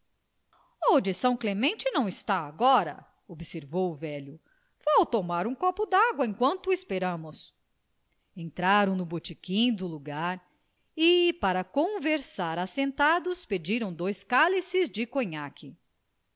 de são clemente não está agora observou o velho vou tomar um copo dágua enquanto esperamos entraram no botequim do lugar e para conversar assentados pediram dois cálices de conhaque